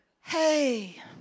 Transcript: Hey